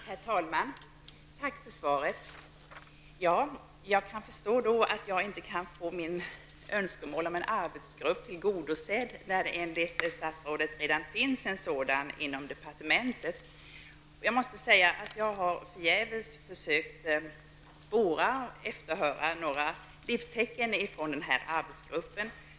Herr talman! Tack för svaret. Jag kan förstå att jag inte kan få mitt önskemål om en arbetsgrupp tillgodosett när det enligt statsrådet redan finns en sådan inom departementet. Jag har förgäves försökt spåra och efterhöra några livstecken från denna arbetsgrupp.